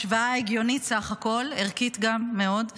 השוואה הגיונית בסך הכול, גם ערכית מאוד.